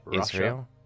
Israel